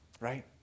Right